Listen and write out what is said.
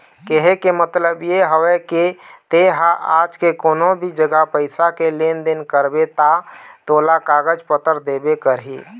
केहे के मतलब ये हवय के ते हा आज कोनो भी जघा पइसा के लेन देन करबे ता तोला कागज पतर देबे करही